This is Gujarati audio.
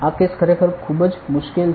આ કેસ ખરેખર ખૂબ જ મુશ્કેલ છે